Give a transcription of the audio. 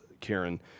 Karen